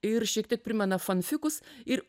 ir šiek tiek primena fonfikus ir